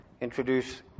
Introduce